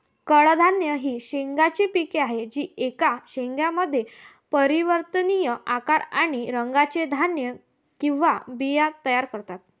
कडधान्ये ही शेंगांची पिके आहेत जी एकाच शेंगामध्ये परिवर्तनीय आकार आणि रंगाचे धान्य किंवा बिया तयार करतात